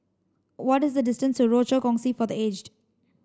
what is the distance to Rochor Kongsi for the Aged